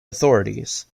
authorities